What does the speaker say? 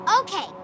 Okay